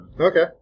Okay